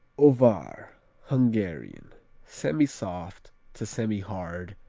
ovar hungarian semisoft to semihard,